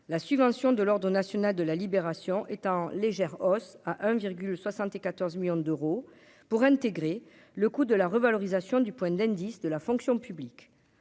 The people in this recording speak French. la subvention de l'Ordre national de la libération est en légère hausse à 1,74 millions d'euros pour intégrer le coût de la revalorisation du point d'indice de la fonction publique